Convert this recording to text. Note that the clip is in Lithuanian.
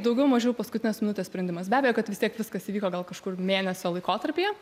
daugiau mažiau paskutinės minutės sprendimas be abejo kad vis tiek viskas įvyko gal kažkur mėnesio laikotarpyje